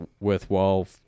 worthwhile